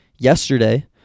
Yesterday